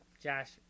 Josh